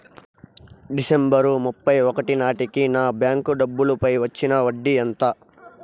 December ముప్పై ఒకటి నాటేకి నా బ్యాంకు డబ్బుల పై వచ్చిన వడ్డీ ఎంత?